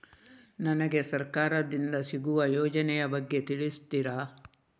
ನನಗೆ ಸರ್ಕಾರ ದಿಂದ ಸಿಗುವ ಯೋಜನೆ ಯ ಬಗ್ಗೆ ತಿಳಿಸುತ್ತೀರಾ?